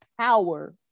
power